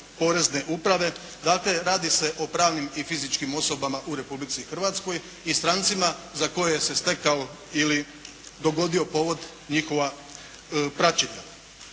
porezne uprave, dakle radi se o pravnim i fizičkim osobama u Republici Hrvatskoj i strancima za koje se stekao, ili dogodio povod njihova praćenja.